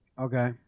Okay